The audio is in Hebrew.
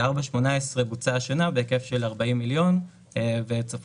ב-4.18 בוצע השנה בהיקף של 40 מיליון וצפוי